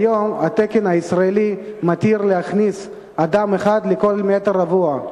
כיום התקן הישראלי מתיר להכניס אדם אחד לכל מטר רבוע.